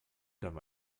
wieder